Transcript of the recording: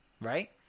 right